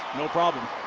no problem.